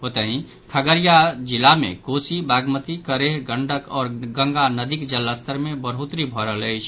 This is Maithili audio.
ओतहि खगड़िया जिला मे कोसी बागमती करेह गंडक आओर गंगा नदीक जलस्तर मे बढ़ोतरी भऽ रहल अछि